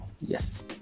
Yes